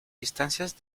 distancias